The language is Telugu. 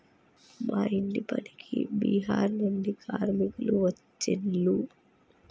మా ఇంటి పనికి బీహార్ నుండి కార్మికులు వచ్చిన్లు